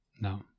no